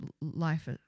life